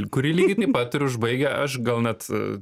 kuri lygiai taip pat ir užbaigia aš gal net